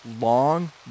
long